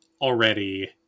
already